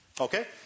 Okay